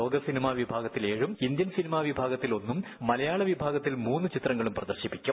ലോക സിനിമ വിഭാഗത്തിൽ ഏഴും ഇന്ത്യൻ സിനിമ വിഭാഗത്തിൽ ഒന്നും മലയാള വിഭാഗത്തിൽ മൂന്നു ചിത്രങ്ങളും പ്രദർശിപ്പിക്കും